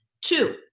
Two